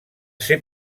ser